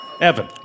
Evan